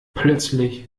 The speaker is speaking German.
plötzlich